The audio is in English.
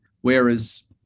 Whereas